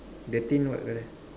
the thing what colour